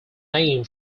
name